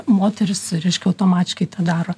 moteris reiškia automatiškai tą daro